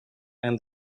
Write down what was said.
and